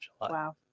Wow